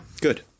good